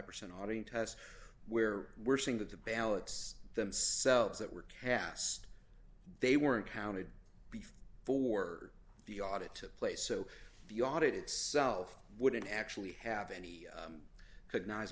audion test where we're seeing that the ballots themselves that were cast they weren't counted for the audit took place so the audit itself wouldn't actually have any could not as